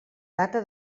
data